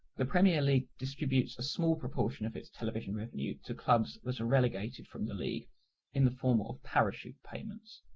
the premier league distributes a small portion of its television revenue to clubs that are relegated from the league in the form of parachute payments.